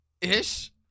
ish